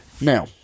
Now